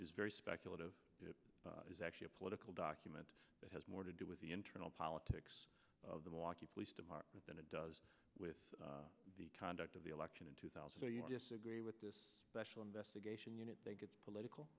is very speculative it is actually a political document that has more to do with the internal politics of the milwaukee police department than it does with the conduct of the election in two thousand so you disagree with this special investigation unit think it's political